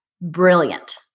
brilliant